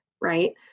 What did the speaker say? right